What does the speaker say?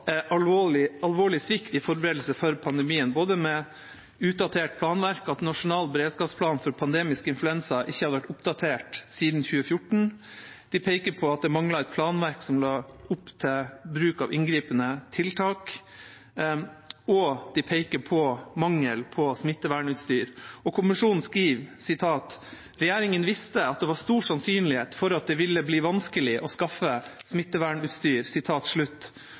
utdatert planverk og at nasjonal beredskapsplan for pandemisk influensa ikke hadde vært oppdatert siden 2014. De peker på at det manglet et planverk som la opp til bruk av inngripende tiltak, og de peker på mangel på smittevernutstyr. Kommisjonen skriver: «Regjeringen visste at det var stor sannsynlighet for at det ville bli vanskelig å skaffe smittevernutstyr.»